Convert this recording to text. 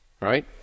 right